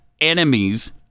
enemies